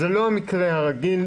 זה לא המקרה הרגיל.